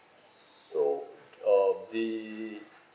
so uh the